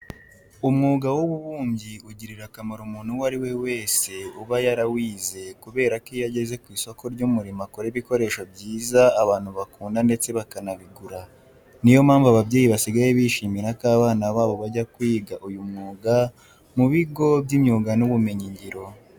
Umwuga w'ububumbyi ugirira akamaro umuntu uwo ari we wese uba yarawize kubera ko iyo ageze ku isoko ry'umurimo akora ibikoresho byiza abantu bakunda ndetse bakanabigura. Niyo mpamvu ababyeyi basigaye bishimira ko abana babo bajya kwiga uyu mwuga mu bigo by'imyuga n'ubumenyingiro.